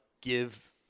give